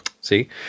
see